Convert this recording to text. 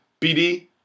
BD